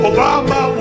Obama